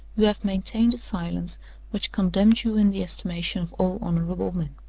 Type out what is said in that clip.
you have maintained a silence which condemns you in the estimation of all honorable men.